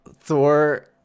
thor